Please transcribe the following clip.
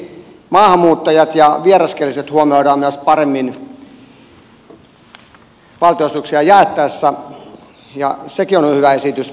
toiseksi maahanmuuttajat ja vieraskieliset huomioidaan myös paremmin valtionosuuksia jaettaessa ja sekin on hyvä esitys